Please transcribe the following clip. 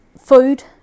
food